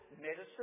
medicine